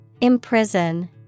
Imprison